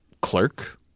clerk